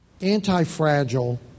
anti-fragile